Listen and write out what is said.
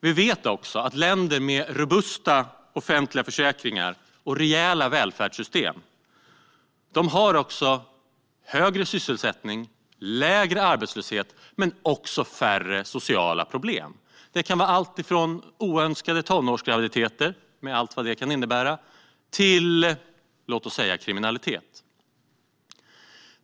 Vi vet också att länder med robusta offentliga försäkringar och rejäla välfärdssystem har högre sysselsättning, lägre arbetslöshet och också färre sociala problem. Det kan vara alltifrån oönskade tonårsgraviditeter med allt vad det kan innebära till, låt oss säga, kriminalitet.